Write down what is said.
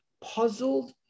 puzzled